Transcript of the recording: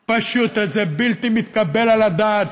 פשוט, זה בלתי מתקבל על הדעת.